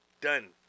done